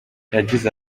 yagize